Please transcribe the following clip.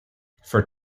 for